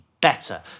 better